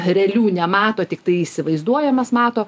realių nemato tiktai įsivaizduojamas mato